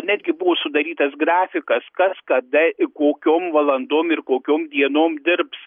netgi buvo sudarytas grafikas kas kada i kokiom valandom ir kokiom dienom dirbs